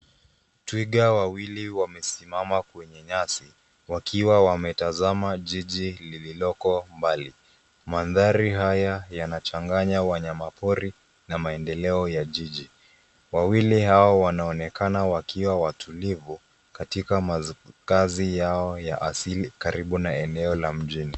Twiga wawili wamesimama kwenye nyasi, wakiwa wametazama jiji lililoko mbali. Mandhari haya yanachanganya wanyamapori na maendeleo ya jiji. Wawili hao wanaonekana wakiwa watulivu katika makazi yao ya asili karibu na eneo la mjini.